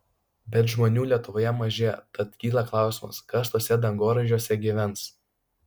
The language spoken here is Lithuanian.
bet žmonių lietuvoje mažėja tad kyla klausimas kas tuose dangoraižiuose gyvens